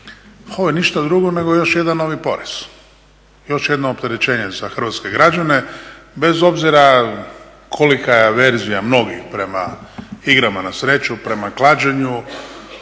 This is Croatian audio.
Ovo je ništa drugo nego još jedan novi porez, još jedno opterećenje za hrvatske građane bez obzira kolika je averzija mnogih prema igrama na sreću, prema klađenju.